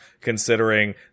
considering